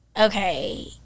okay